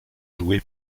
joué